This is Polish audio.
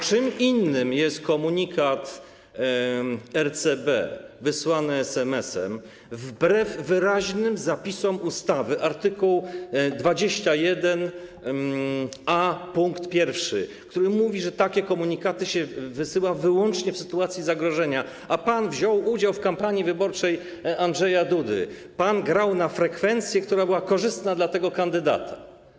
Czym innym jest komunikat RCB wysłany SMS-em wbrew wyraźnym zapisom ustawy - art. 21a pkt 1 mówi, że takie komunikaty się wysyła wyłącznie w sytuacji zagrożenia, a pan wziął udział w kampanii wyborczej Andrzeja Duda, pan grał na frekwencję, która była korzystna dla tego kandydata.